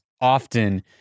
often